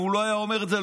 אם הוא לא היה אומר את זה,